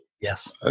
yes